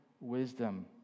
wisdom